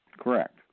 Correct